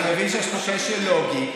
אני מבין שיש פה כשל לוגי,